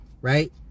right